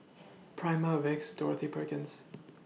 Prima Vicks Dorothy Perkins